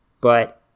But-